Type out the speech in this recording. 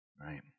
Right